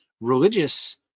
religious